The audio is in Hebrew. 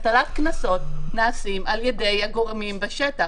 הטלת קנסות נעשית על ידי הגורמים בשטח.